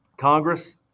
Congress